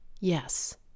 Yes